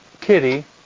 Kitty